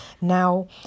Now